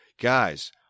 guys